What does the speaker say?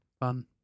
fun